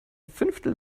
fünftel